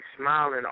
smiling